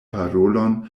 parolon